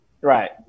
right